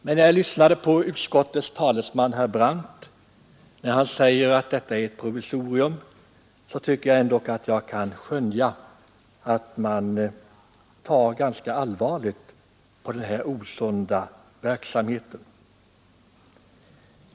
Men sedan jag lyssnat till utskottets talesman, herr Brandt, som sade att detta är ett provisorium, tycker jag ändå att jag kan skönja att man tar ganska allvarligt på denna osunda verksamhet.